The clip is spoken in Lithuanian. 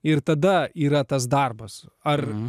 ir tada yra tas darbas ar